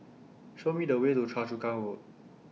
Show Me The Way to Choa Chu Kang Road